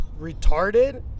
retarded